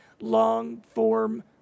long-form